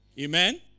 Amen